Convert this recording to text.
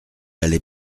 allait